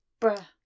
Bruh